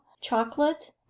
chocolate